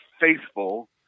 faithful